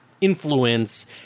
influence